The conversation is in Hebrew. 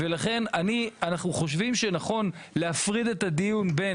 ולכן אנחנו חושבים שנכון להפריד את הדיון בין